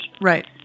Right